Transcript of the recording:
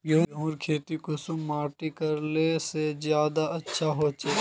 गेहूँर खेती कुंसम माटित करले से ज्यादा अच्छा हाचे?